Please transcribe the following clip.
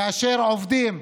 כאשר עובדים,